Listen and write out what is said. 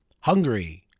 Hungry